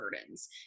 burdens